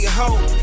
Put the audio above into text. hope